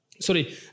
sorry